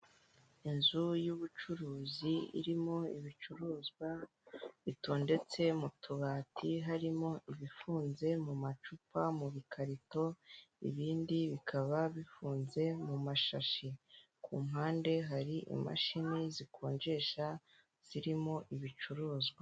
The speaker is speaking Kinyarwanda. Inzu y'ubucuruzi irimo ibicuruzwa, bitondetse mu tubati harimo ibifunze mu macupa, mu bikarito ibindi bikaba bifunze mu mashashi, ku mpande hari imashini zikonjesha zirimo ibicuruzwa.